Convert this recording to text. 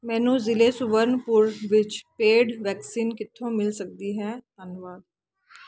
ਮੈਨੂੰ ਜ਼ਿਲ੍ਹੇ ਸੁਬਰਨਪੁਰ ਵਿੱਚ ਪੇਡ ਵੈਕਸੀਨ ਕਿੱਥੋਂ ਮਿਲ ਸਕਦੀ ਹੈ ਧੰਨਵਾਦ